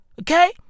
Okay